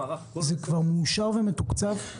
זה כבר מאושר ומתוקצב?